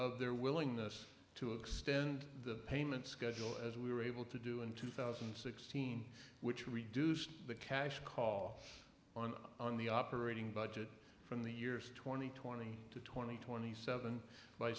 of their willingness to extend the payment schedule as we were able to do in two thousand and sixteen which reduced the cash call on on the operating budget from the years twenty twenty to twenty twenty seven by